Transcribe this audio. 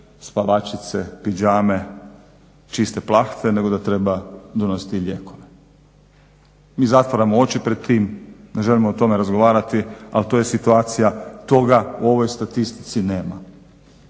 spavačice, pidžame, čiste plahte nego da treba donositi i lijekove. Mi zatvaramo oči pred tim, ne želimo o tome razgovarati, ali to je situacija, toga u ovoj statistici nema.